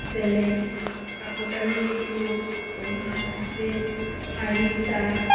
যেনে কাপোৰ কানিতো এইবিলাক আছেই ফাৰ্নিচাৰ